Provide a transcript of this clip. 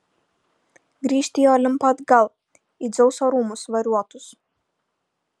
grįžt į olimpą atgal į dzeuso rūmus variuotus